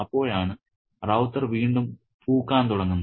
അപ്പോഴാണ് റൌത്തർ വീണ്ടും പൂക്കാൻ തുടങ്ങുന്നത്